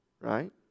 right